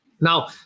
Now